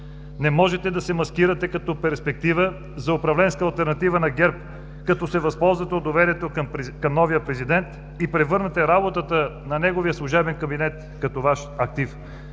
Не можете да се маскирате като перспектива за управленска алтернатива на ГЕРБ, като се възползвате от доверието към новия президент и превърнете работата на неговия служебен кабинет като Ваш актив.